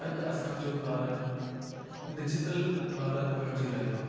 अॼु असांजो भारत डिजीतल भारत बणिजी रहियो आहे